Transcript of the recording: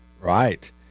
Right